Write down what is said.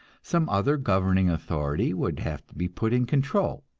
some other governing authority would have to be put in control.